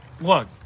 Look